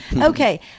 Okay